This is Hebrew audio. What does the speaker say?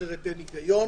אחרת אין היגיון.